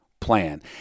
plan